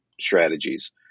strategies